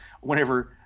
whenever